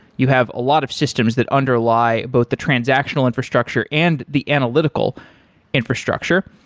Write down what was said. you have a lot of systems that underlie both the transactional infrastructure and the analytical infrastructure.